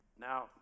Now